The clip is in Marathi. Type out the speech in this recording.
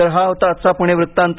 तर हा होता आजचा पुणे वृत्तांत